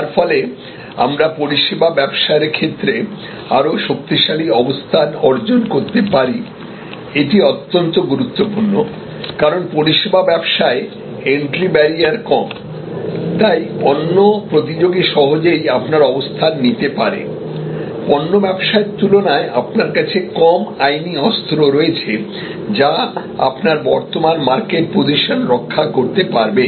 যার ফলে আমরা পরিষেবা ব্যবসায়ের ক্ষেত্রে আরও শক্তিশালী অবস্থান অর্জন করতে পারি এটি অত্যন্ত গুরুত্বপূর্ণ কারণ পরিষেবা ব্যবসায় এন্ট্রি ব্যারিয়ার কম অন্য প্রতিযোগী সহজেই আপনার অবস্থান নিতে পারে পণ্য ব্যবসায়ের তুলনায় আপনার কাছে কম আইনী অস্ত্র রয়েছে যা আপনার বর্তমান মার্কেট পজিশন রক্ষা করতে পারবে